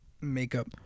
Makeup